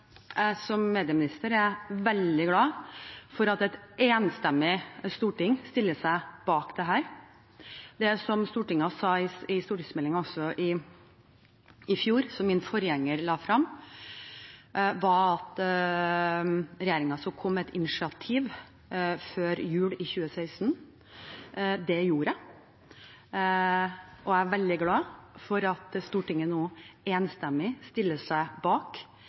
jeg som medieminister er veldig glad for at et enstemmig storting stiller seg bak dette. Det som Stortinget sa til stortingsmeldingen som min forgjenger la frem i fjor, var at regjeringen skulle komme med et initiativ før jul i 2016. Det gjorde jeg. Jeg er veldig glad for at Stortinget nå enstemmig stiller seg bak